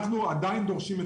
אנחנו עדין דורשים,